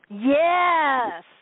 Yes